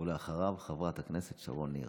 דוידסון, ואחריו, חברת הכנסת שרון ניר.